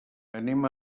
anem